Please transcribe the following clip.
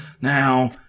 Now